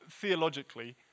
theologically